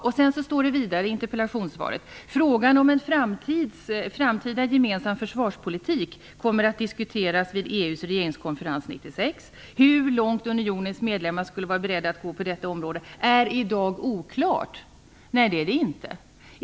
Vidare står det i interpellationssvaret: "Frågan om en framtida gemensam försvarspolitik kommer att diskuteras vid EU:s regeringskonferens 1996. Hur långt unionens medlemsstater skulle vara beredda att gå på detta område är i dag oklart." Nej, det är det inte.